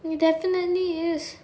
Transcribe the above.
it definitely is